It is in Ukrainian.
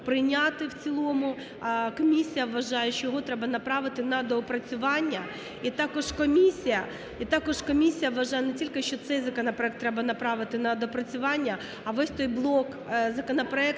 прийняти в цілому. А комісія вважає, що його треба направити на доопрацювання. І також комісія вважає не тільки що цей закон треба направити на доопрацювання, а весь той блок законопроектів,